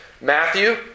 Matthew